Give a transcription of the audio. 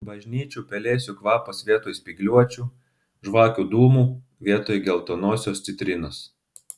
bažnyčių pelėsių kvapas vietoj spygliuočių žvakių dūmų vietoj geltonosios citrinos